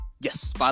yes